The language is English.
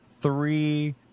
three